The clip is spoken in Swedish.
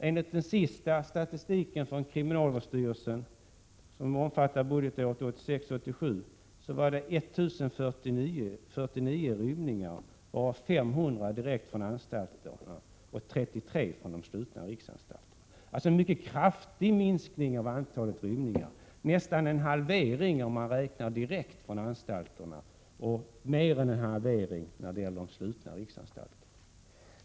Enligt den senaste statistiken från kriminalvårdsstyrelsen, som omfattar budgetåret 1986/87, var det 1 049 rymningar, varav 500 direkt från anstalterna och 33 från de slutna riksanstalterna. Det är alltså fråga om en mycket kraftig minskning av antalet rymningar, nästan en halvering om man räknar dem som rymt direkt från anstalterna. Mer än en halvering blir det från de slutna riksanstalterna.